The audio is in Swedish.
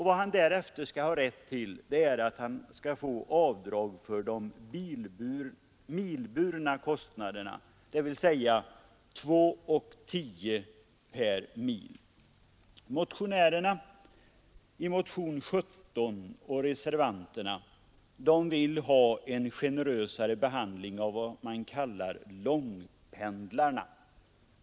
Vad han därefter har rätt att göra avdrag för är de milbundna kostnaderna, dvs. 2:10 per mil. I motionen 17 och i reservationen krävs en generösare behandling av vad man kallar långpendlarna.